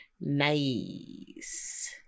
nice